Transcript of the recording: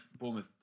Bournemouth